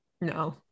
no